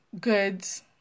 goods